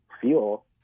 fuel